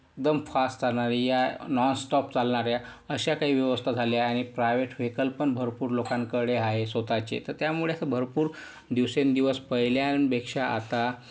एकदम फास्ट चालणारी या नॉनस्टॉप चालणाऱ्या अशा काही व्यवस्था झाल्या आणि प्राईव्हेट व्हेईकल पण भरपूर लोकांकडे आहे स्वतःचे तर त्यामुळे आता भरपूर दिवसेंदिवस पहिल्यापेक्षा आता